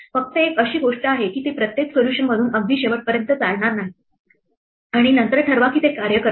फक्त एक गोष्ट अशी आहे की ते प्रत्येक सोल्युशन मधून अगदी शेवटपर्यंत चालणार नाही आणि नंतर ठरवा की ते कार्य करत नाही